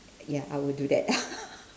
ya I will do that